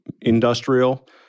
industrial